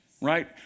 Right